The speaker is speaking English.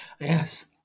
Yes